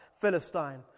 Philistine